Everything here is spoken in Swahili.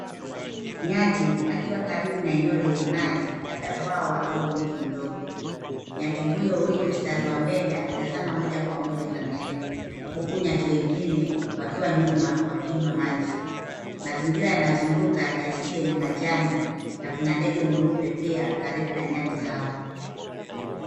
Nyati akiwa karibu na eneo lenye maji labda bwawa au mto mdogo. Nyati huyu yuko mstari wa mbele akitazama moja kwa moja kamera huku nyati wengine wakiwa nyuma wakinywa maji. Mazingira yanazunguka ni asili yenye majani na Kuna ndege mweupe pia karibu na nyati hao.